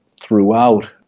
throughout